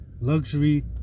luxury